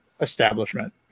establishment